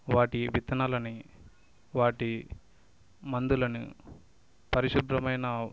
వాటి విత్తనాలని వాటి మందులని పరిశుభ్రమైన